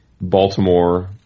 Baltimore